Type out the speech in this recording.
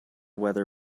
weather